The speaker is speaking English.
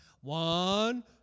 one